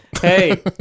hey